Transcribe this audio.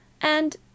And